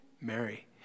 Mary